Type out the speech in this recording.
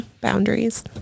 Boundaries